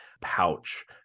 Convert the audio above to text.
pouch